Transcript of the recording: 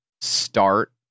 start